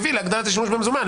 הביא להגדלת השימוש במזומן.